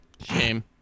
shame